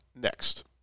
next